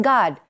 God